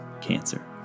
cancer